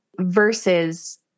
versus